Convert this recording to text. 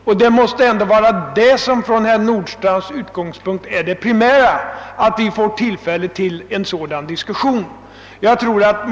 Och från herr Nordstrandhs utgångspunkt måste väl det primära vara att vi får tillfälle att föra en sådan diskussion.